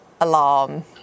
alarm